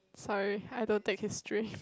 sorry I don't take history